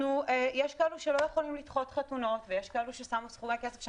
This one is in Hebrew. יש כאלה שלא יכולים לדחות חתונות ויש כאלה שהשקיעו סכומי כסף גבוהים.